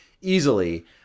Easily